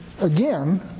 again